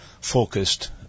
focused